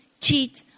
cheat